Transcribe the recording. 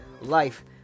life